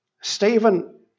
Stephen